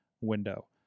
window